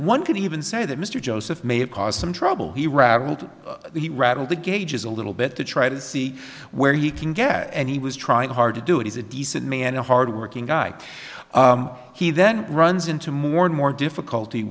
one can even say that mr joseph may have caused some trouble he rattled he rattled the gauges a little bit to try to see where he can get and he was trying hard to do it as a decent man a hard working guy he then runs into more and more difficulty